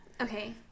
Okay